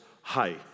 High